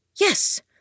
Yes